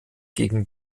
gegen